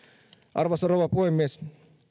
arvoisa rouva puhemies